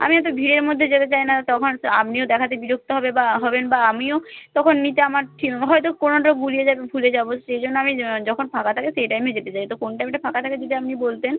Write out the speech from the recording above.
আমি অতো ভিড়ের মধ্যে যেতে চাই না তখন আপনিও দেখাতে বিরক্ত হবে বা হবেন বা আমিও তখন নিতে আমার ঠিক হয়তো কোনোটা গুলিয়ে যাবে ভুলে যাব সেই জন্য আমি যখন ফাঁকা থাকে সেই টাইমে যেতে চাই তো কোন টাইমটা ফাঁকা থাকে যদি আপনি বলতেন